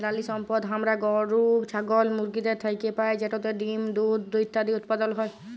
পেরালিসম্পদ আমরা গরু, ছাগল, মুরগিদের থ্যাইকে পাই যেটতে ডিম, দুহুদ ইত্যাদি উৎপাদল হ্যয়